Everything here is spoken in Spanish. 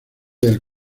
del